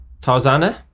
Tarzana